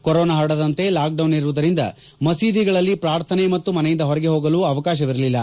corona ಹರಡದಂತೆ lockdown ಇರುವುದರಿಂದ ಮಸೀದಿಗಳಲ್ಲಿ ಪ್ರಾರ್ಥನೆ ಮತ್ತು ಮನೆಯಿಂದ ಹೊರಗೆ ಹೋಗಲು ಅವಕಾಶ ಇರಲಿಲ್ಲ